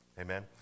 Amen